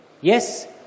Yes